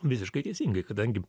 visiškai teisingai kadangi